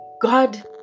God